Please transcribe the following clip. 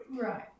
Right